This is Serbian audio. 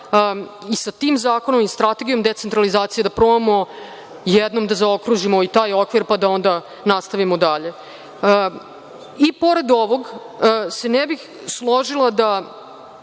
i sa tim zakonom i strategijom decentralizacije da probamo jednom da zaokružimo i taj okvir, pa da onda nastavimo dalje. Pored ovoga se ne bih složila da